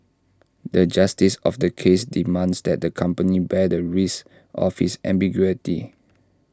the justice of the case demands that the company bear the risk of this ambiguity